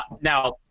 now